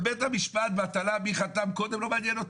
בבית המשפט, מי חתם קודם לא מעניין אותי.